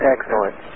Excellent